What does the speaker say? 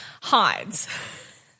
hides